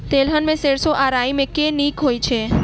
तेलहन मे सैरसो आ राई मे केँ नीक होइ छै?